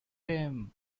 him